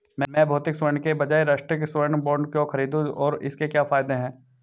मैं भौतिक स्वर्ण के बजाय राष्ट्रिक स्वर्ण बॉन्ड क्यों खरीदूं और इसके क्या फायदे हैं?